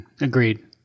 Agreed